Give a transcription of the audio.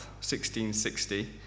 1660